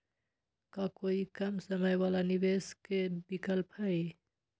का कोई कम समय वाला निवेस के विकल्प हई?